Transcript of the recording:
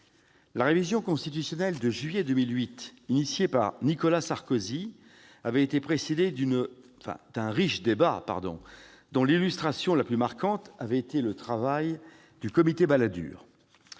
La révision constitutionnelle de juillet 2008, initiée par Nicolas Sarkozy, avait été précédée d'un riche débat, dont l'illustration la plus marquante est le travail du comité Balladur.